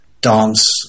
dance